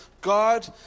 God